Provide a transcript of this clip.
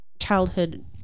childhood